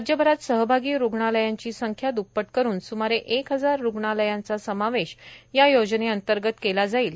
राज्यभरात सहभागी रुग्णालयांची संख्या द्र्प्पट करुन सुमारे एक हजार रुग्णालयांचा समावेश योजनेंतर्गत केला जाईल